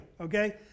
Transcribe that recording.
okay